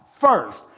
first